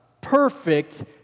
Perfect